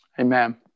Amen